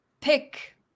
pick